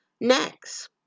Next